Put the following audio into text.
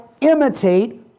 imitate